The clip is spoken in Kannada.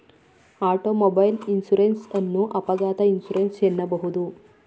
ಆಟೋಮೊಬೈಲ್ ಇನ್ಸೂರೆನ್ಸ್ ಅನ್ನು ಅಪಘಾತ ಇನ್ಸೂರೆನ್ಸ್ ಎನ್ನಬಹುದು